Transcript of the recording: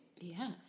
Yes